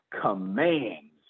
commands